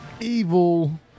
evil